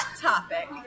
Topic